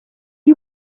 you